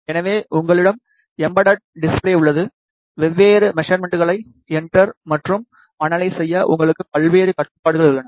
எனவே உங்களிடம் embedded display உள்ளது வெவ்வேறு மெஷர்மென்ட்களை என்டர் மற்றும் அனலைஸ் செய்ய உங்களுக்கு பல்வேறு கட்டுப்பாடுகள் உள்ளன